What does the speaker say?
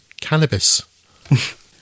cannabis